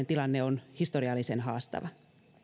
tilanne on historiallisen haastava